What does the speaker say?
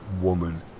woman